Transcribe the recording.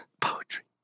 poetry